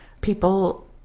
People